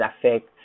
affect